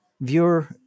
viewer